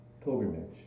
pilgrimage